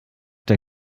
der